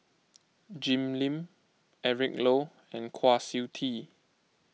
Jim Lim Eric Low and Kwa Siew Tee